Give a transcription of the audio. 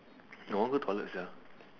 no I want go toilet sia